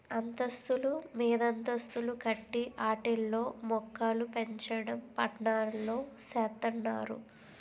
అంతస్తులు మీదంతస్తులు కట్టి ఆటిల్లో మోక్కలుపెంచడం పట్నాల్లో సేత్తన్నారు